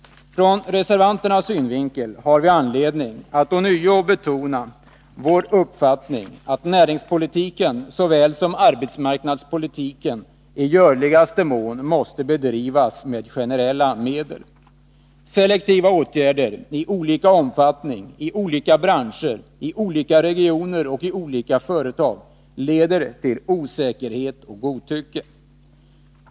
Ur reservanternas synvinkel har vi anledning att ånyo betona vår uppfattning att näringspolitiken såväl som arbetsmarknadspolitiken i görligaste mån måste bedrivas med generella medel. Selektiva åtgärder i olika omfattning, i olika branscher, i olika regioner och i olika företag leder till osäkerhet och godtycke.